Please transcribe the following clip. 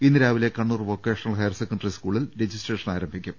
ഇന്ന് രാവിലെ Kannur vocational higher secondary സ്കൂളിൽ രജിസ്ട്രേഷൻ ആരംഭിക്കും